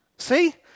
See